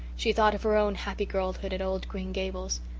she thought of her own happy girlhood at old green gables.